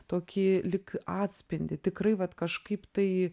tokį lyg atspindį tikrai vat kažkaip tai